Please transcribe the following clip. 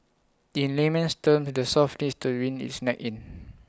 in layman's terms the south needs to wind its neck in